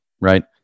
right